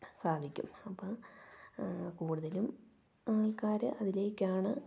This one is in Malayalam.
സാധിക്കും അപ്പം കൂടുതലും ആൾക്കാര് അതിലേക്കാണ്